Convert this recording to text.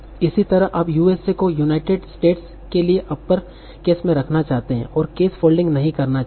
इसी तरह आप यू एस को यूनाइटेड स्टेट्स के लिए अपर केस में रखना चाहते हैं और केस फोल्डिंग नहीं करना चाहते